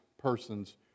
persons